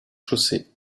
chaussée